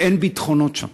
ואין ביטחונות שם.